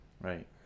right